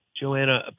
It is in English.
Joanna